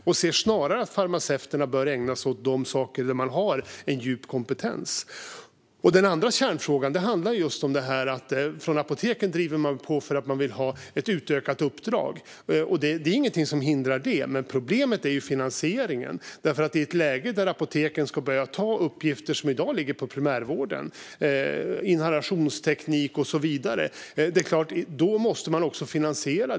Jag ser snarare att farmaceuter bör ägna sig åt de saker där de har en djup kompetens. Den andra kärnfrågan handlar just om att apoteken driver på för att de vill ha ett utökat uppdrag. Det finns ingenting som hindrar det, men problemet är finansieringen. I ett läge där apoteken ska börja ta uppgifter som i dag ligger på primärvården, som inhalationsteknik och så vidare, måste det självklart också finansieras.